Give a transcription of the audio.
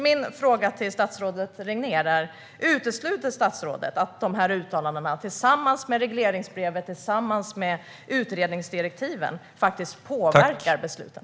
Min fråga till statsrådet Regnér är: Utesluter statsrådet att dessa uttalanden tillsammans med regleringsbrevet och utredningsdirektiven faktiskt påverkar besluten?